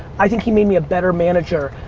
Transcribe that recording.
i think he made me a better manager.